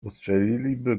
ustrzeliliby